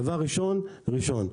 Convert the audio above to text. דבר ראשון ראשון.